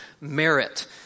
Merit